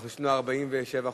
יש לנו 47 חוקים.